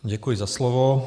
Děkuji za slovo.